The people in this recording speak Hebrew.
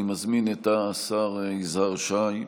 אני מזמין את השר יזהר שי.